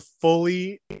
fully